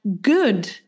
good